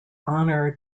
honour